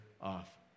off